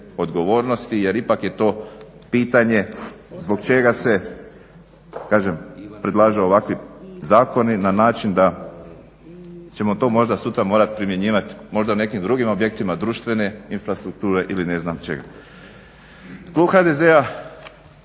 odgovornosti jer ipak je to pitanje zbog čega se kažem predlažu ovakvi zakoni na način da ćemo to možda sutra morat primjenjivat možda u nekim drugim objektima društvene infrastrukture ili ne znam čega.